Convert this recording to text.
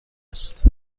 است